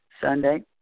Sunday